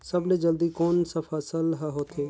सबले जल्दी कोन सा फसल ह होथे?